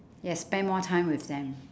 yes spend more time with them